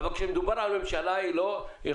אבל כשמדובר על ממשלה, היא לא יכולה